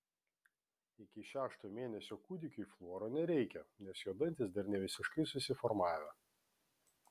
iki šešto mėnesio kūdikiui fluoro nereikia nes jo dantys dar nevisiškai susiformavę